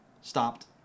stopped